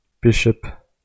Bishop